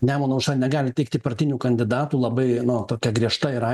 nemuno aušra negali teikti partinių kandidatų labai nu tokia griežta yra